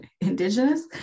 Indigenous